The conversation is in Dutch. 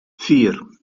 vier